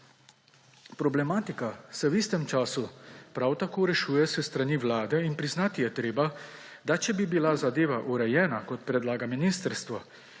Problematika se v istem času prav tako rešuje s strani Vlade in priznati je treba, da če bi bila zadeva urejana, kot predlaga ministrstvo,